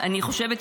אני חושבת,